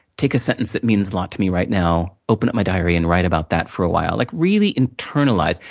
take a sentence that means a lot to me right now, open up my diary, and write about that for a while, like really internalize.